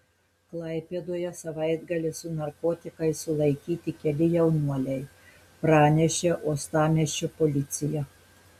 klaipėdoje savaitgalį su narkotikais sulaikyti keli jaunuoliai pranešė uostamiesčio policija